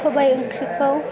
सबाय ओंख्रिखौ